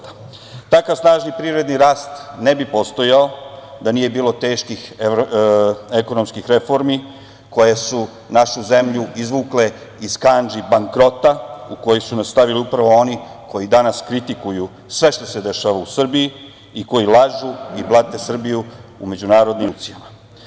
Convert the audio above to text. Takav snažni privredni rast ne bi postojao da nije bilo teških ekonomskih reformi koje su našu zemlju izvukle iz kandži bankrota u koje su nas stavili upravo oni koji danas kritikuju sve što se dešava u Srbiji i koji lažu i blate Srbiju u međunarodnim institucijama.